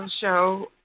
show